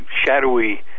shadowy